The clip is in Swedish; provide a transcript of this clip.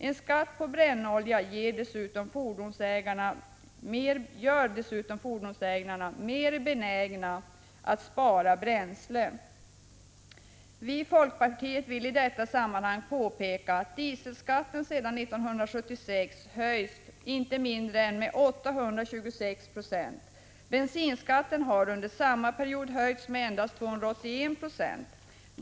En skatt på brännoljan gör också fordonsägarna mer benägna att spara bränsle. Vi i folkpartiet vill i detta sammanhang påpeka att dieselskatten sedan 1976 har höjts med inte mindre än 826 20. Bensinskatten har under samma period höjts med endast 281 26.